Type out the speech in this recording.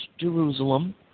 Jerusalem